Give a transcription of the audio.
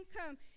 income